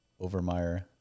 Overmeyer